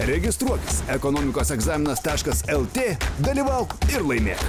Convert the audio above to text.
registruokis ekonomikos egzaminas taškas lt dalyvauk ir laimėk